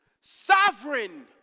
sovereign